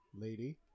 lady